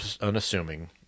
unassuming